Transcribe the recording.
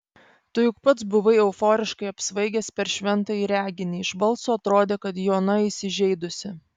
tu juk pats buvai euforiškai apsvaigęs per šventąjį reginį iš balso atrodė kad jona įsižeidusi